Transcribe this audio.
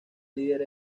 líder